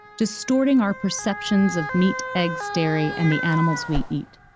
distorting our perceptions of meat, eggs, dairy, and the animals we eat.